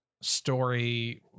story